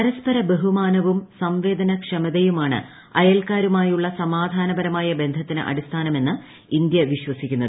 പരസ്പര ബഹുമാനവും സംവേദനക്ഷമതയുമാണ് അയൽക്കാരുമായുള്ള സമാധാനപരമായ ബന്ധത്തിന് അടിസ്ഥാനമെന്ന് ഇന്തൃ വിശ്വസിക്കുന്നത്